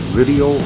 video